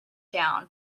down